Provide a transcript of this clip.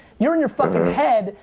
you're in your fuckin' head.